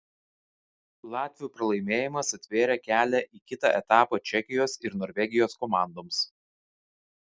latvių pralaimėjimas atvėrė kelią į kitą etapą čekijos ir norvegijos komandoms